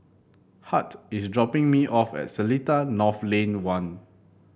Hart is dropping me off at Seletar North Lane One